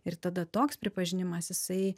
ir tada toks pripažinimas jisai